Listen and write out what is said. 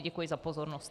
Děkuji za pozornost.